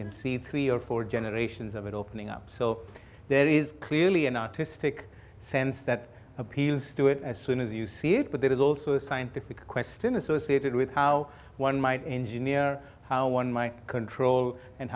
can see three or four generations of it opening up so there is clearly an artistic sense that appeals to it as soon as you see it but there is also a scientific question associated with how one might engineer how one might control and